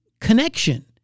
connection